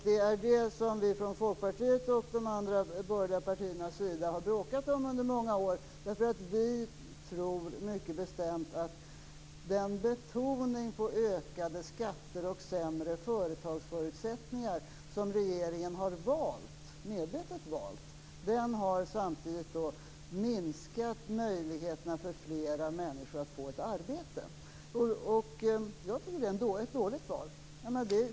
Det är detta som vi från Folkpartiets och de andra borgerliga partiernas sida har bråkat om under många år. Vi tror nämligen mycket bestämt att den betoning på ökade skatter och sämre företagsförutsättningar som regeringen medvetet har valt samtidigt har minskat möjligheterna för flera människor att få ett arbete. Jag tycker att det är ett dåligt val.